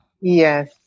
Yes